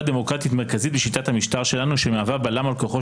דמוקרטית מרכזית בשיטת המשטר שלנו שהיא מהווה בלם על כוחו